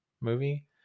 movie